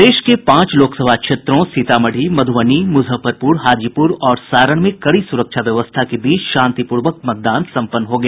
प्रदेश के पांच लोकसभा क्षेत्रों सीतामढ़ी मध्रबनी मुजफ्फरपुर हाजीपुर और सारण में कड़ी सुरक्षा व्यवस्था के बीच शांतिपूर्वक मतदान सम्पन्न हो गया